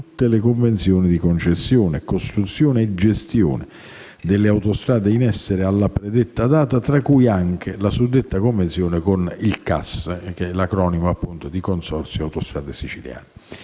tutte le convenzioni di concessione, costruzione e gestione delle autostrade in essere alla predetta data, tra cui anche la suddetta convenzione con il CAS. In merito alle iniziative per verificare